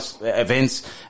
events